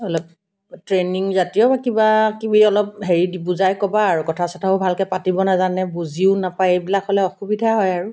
অলপ ট্ৰেইনিংজাতীয় কিবা কিবি অলপ হেৰি বুজাই ক'বা আৰু কথা চথাও ভালকৈ পাতিব নাজানে বুজিও নাপায় এইবিলাক হ'লে অসুবিধা হয় আৰু